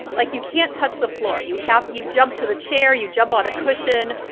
like, you can't touch the floor. you have you jump to the chair. you jump on a cushion.